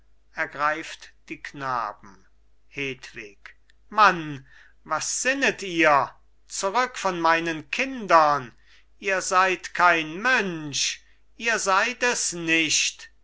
mann was sinnet ihr zurück von meinen kindern ihr seid kein mönch ihr seid es nicht